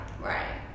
Right